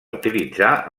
utilitzar